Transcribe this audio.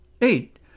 Eight